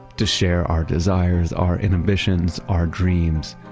to share our desires, our inhibitions, our dreams.